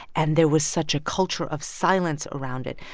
and there was such a culture of silence around it.